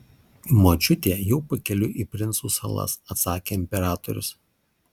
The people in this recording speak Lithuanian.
močiutė jau pakeliui į princų salas atsakė imperatorius